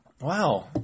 Wow